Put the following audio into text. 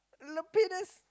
Lapidas